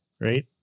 right